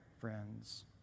friends